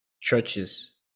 churches